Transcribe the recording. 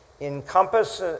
encompass